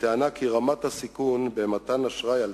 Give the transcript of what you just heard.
בטענה שרמת הסיכון במתן אשראי עלתה,